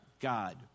God